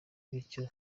bityo